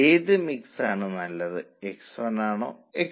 അതിനാൽ 32 ൽ നിന്ന് 16